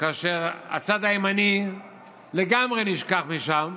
כאשר הצד הימני לגמרי נשכח משם,